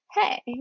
hey